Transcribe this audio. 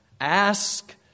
ask